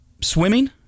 Swimming